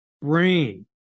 brain